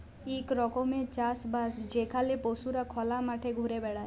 ইক রকমের চাষ বাস যেখালে পশুরা খলা মাঠে ঘুরে বেড়ায়